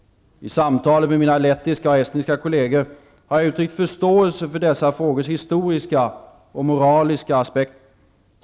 I samtalen med mina lettiska och estniska kolleger har jag uttryckt förståelse för dessa frågors historiska och moraliska aspekter.